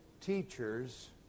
teachers